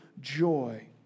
joy